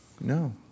No